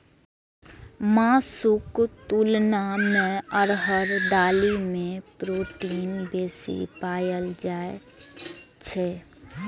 मासुक तुलना मे अरहर दालि मे प्रोटीन बेसी पाएल जाइ छै